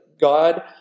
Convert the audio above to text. god